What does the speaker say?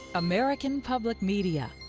american public media